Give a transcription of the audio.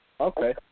Okay